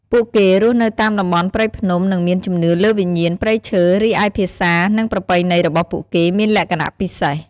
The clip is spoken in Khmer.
ពួកគេរស់នៅតាមតំបន់ព្រៃភ្នំ និងមានជំនឿលើវិញ្ញាណព្រៃឈើ រីឯភាសា និងប្រពៃណីរបស់ពួកគេមានលក្ខណៈពិសេស។